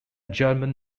german